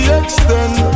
extend